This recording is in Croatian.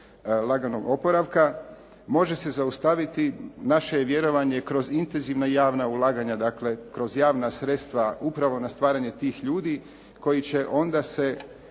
laganog oporavka. Može se zaustaviti, naše je vjerovanje, kroz intenzivna javna ulaganja, dakle kroz javna sredstva upravo na stvaranje tih ljudi koji će onda se